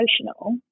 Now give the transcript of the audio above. emotional